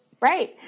Right